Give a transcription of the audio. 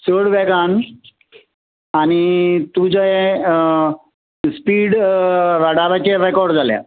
चड वेगान आनी तुजे स्पीड रडाराचेर रिकोर्ड जाल्या